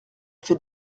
fait